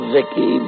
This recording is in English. Vicky